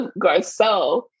Garcelle